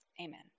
Amen